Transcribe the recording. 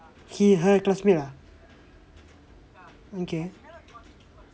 he her classmate lah okay